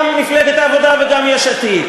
גם מפלגת העבודה וגם יש עתיד,